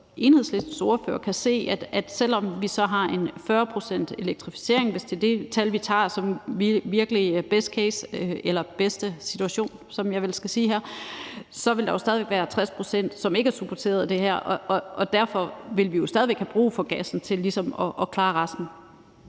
Enhedslistens ordfører kan se, at selv om vi så har 40 pct.s elektrificering – hvis det er det tal, vi tager som best case, eller bedste situation, som jeg vel skal sige her – så vil der jo stadig væk være 60 pct., som ikke er supporteret af det her, og derfor vil vi jo stadig væk have brug for gassen til ligesom at klare resten.